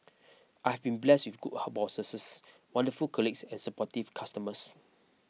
I have been blessed with good bosses wonderful colleagues and supportive customers